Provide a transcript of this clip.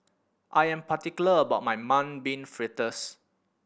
I am particular about my Mung Bean Fritters